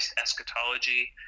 eschatology